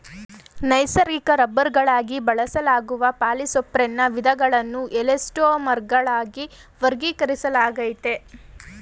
ನೈಸರ್ಗಿಕ ರಬ್ಬರ್ಗಳಾಗಿ ಬಳಸಲಾಗುವ ಪಾಲಿಸೊಪ್ರೆನ್ನ ವಿಧಗಳನ್ನು ಎಲಾಸ್ಟೊಮರ್ಗಳಾಗಿ ವರ್ಗೀಕರಿಸಲಾಗಯ್ತೆ